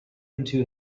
into